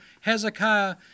Hezekiah